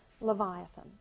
Leviathan